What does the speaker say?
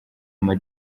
ama